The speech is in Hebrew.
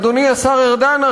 אדוני השר ארדן,